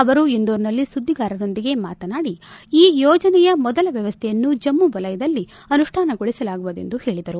ಅವರು ಇಂಧೋರ್ನಲ್ಲಿ ಸುದ್ದಿಗಾರರೊಂದಿಗೆ ಮಾತನಾಡಿ ಈ ಯೋಜನೆಯ ಮೊದಲ ವ್ಯವಸ್ವೆಯನ್ನು ಜಮ್ಮು ವಲಯದಲ್ಲಿ ಅನುಷ್ಟಾನಗೊಳಿಸಲಾಗುವುದು ಎಂದು ಹೇಳಿದರು